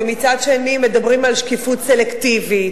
ומצד שני מדברים על שקיפות סלקטיבית.